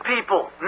people